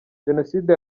jenoside